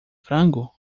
frango